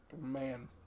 Man